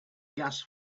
gas